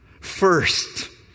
first